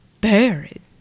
buried